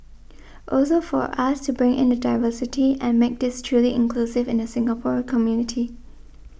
also for us to bring in the diversity and make this truly inclusive in the Singapore community